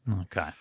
okay